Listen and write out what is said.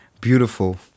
Beautiful